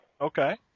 Okay